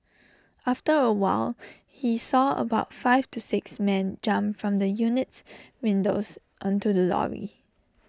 after A while he saw about five to six men jump from the unit's windows onto the lorry